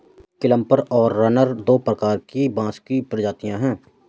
clumper और runner दो प्रकार की बाँस की प्रजातियाँ हैं